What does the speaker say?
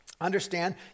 understand